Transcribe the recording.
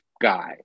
guy